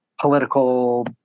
political